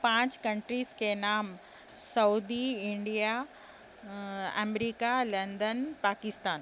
پانچ کنٹریز کے نام سعودی انڈیا امریکہ لندن پاکستان